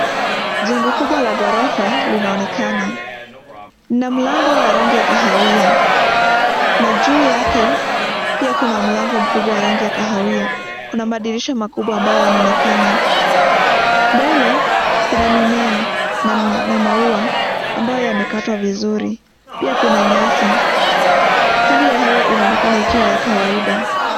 Jengo kubwa la ghorofa linaonekana na mlango wa rangi ya kahawia na juu yake pia kuna mlango mkubwa wa rangi ya kahawia. Kuna madirisha makubwa ambayo yanaonekana, mbele ya mimea na maua ambayo yame katwa vizuri pia kuna nyasi. Hali ya hewa inaonekana kuwa kawaida.